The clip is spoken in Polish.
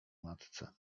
matce